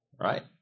right